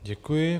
Děkuji.